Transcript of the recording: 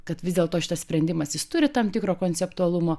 kad vis dėlto šitas sprendimas jis turi tam tikro konceptualumo